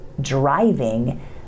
driving